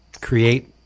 create